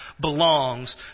belongs